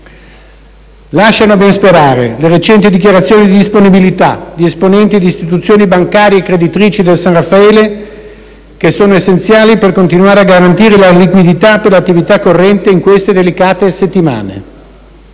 Lasciano ben sperare le recenti dichiarazioni di disponibilità di esponenti di istituzioni bancarie creditrici del San Raffaele, che sono essenziali per continuare a garantire la liquidità per l'attività corrente in queste delicate settimane.